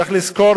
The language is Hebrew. צריך לזכור,